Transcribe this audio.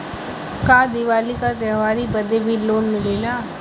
का दिवाली का त्योहारी बदे भी लोन मिलेला?